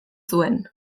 zuen